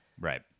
Right